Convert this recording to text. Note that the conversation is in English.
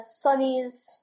Sonny's